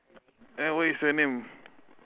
uh what is your name